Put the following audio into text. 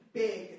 big